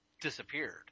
disappeared